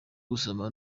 gusoma